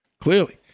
clearly